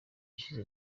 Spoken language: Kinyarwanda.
ishize